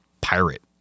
pirate